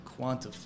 quantify